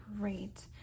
Great